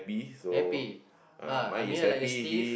happy ah I'm here like a stiff